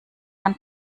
dann